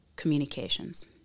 communications